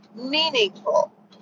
meaningful